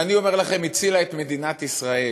שאני אומר לכם: הצילה את מדינת ישראל?